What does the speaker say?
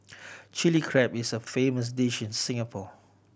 Chilli Crab is a famous dish in Singapore